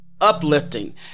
uplifting